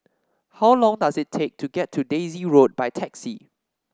how long does it take to get to Daisy Road by taxi